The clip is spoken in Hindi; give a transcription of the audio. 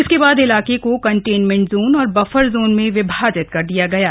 इसके बाद इलाके को कंटेनमेंट जोन और बफर जोन में विभाजित कर दिया गया था